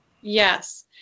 Yes